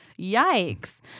yikes